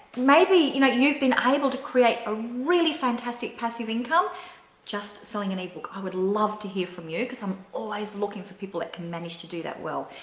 maybe you know you've been able to create a really fantastic passive income just selling and ebook. um i'd love to hear from you. i'm always looking for people that can manage to do that well.